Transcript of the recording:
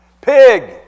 Pig